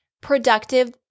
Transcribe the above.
productive